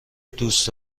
دوست